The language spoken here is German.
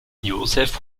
joseph